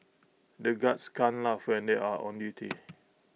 the guards can't laugh when they are on duty